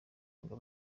ngo